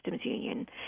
union